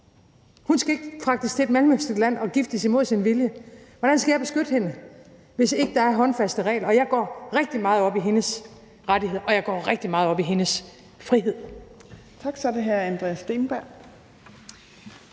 Hun skal ikke fragtes til et mellemøstligt land og giftes imod sin vilje. Hvordan skal jeg beskytte hende, hvis ikke der er håndfaste regler? Og jeg går rigtig meget op i hendes rettigheder, og jeg går rigtig meget op i hendes frihed.